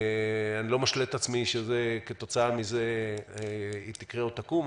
אני לא משלה את עצמי שכתוצאה מזה היא תקרה או תקום,